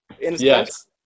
Yes